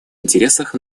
интересах